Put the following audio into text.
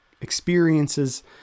experiences